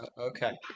okay